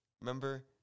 Remember